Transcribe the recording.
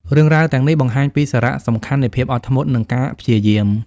រឿងរ៉ាវទាំងនេះបង្ហាញពីសារៈសំខាន់នៃភាពអត់ធ្មត់ និងការព្យាយាម។